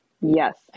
Yes